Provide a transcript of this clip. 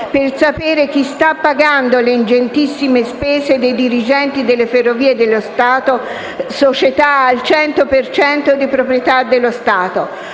per sapere chi sta pagando le ingentissime spese dei dirigenti delle Ferrovie dello Stato, società al 100 per cento di proprietà dello Stato.